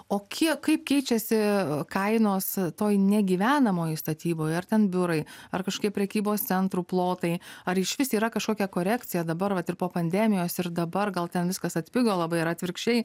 o kiek kaip keičiasi kainos toj negyvenamoj statyboj ar ten biurai ar kažkaip prekybos centrų plotai ar išvis yra kažkokia korekcija dabar vat ir po pandemijos ir dabar gal ten viskas atpigo labai ar atvirkščiai